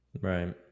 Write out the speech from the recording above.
right